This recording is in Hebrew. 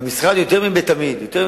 במשרד, יותר מבעבר,